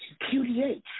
QDH